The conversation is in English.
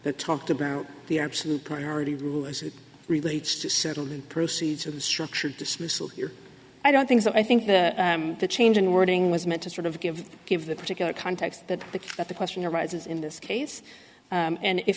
that talked about the absolute priority rule as it relates to settling proceeds of the structured dismissal here i don't think so i think that the change in wording was meant to sort of give give the particular context that the that the question arises in this case and if